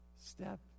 step